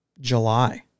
July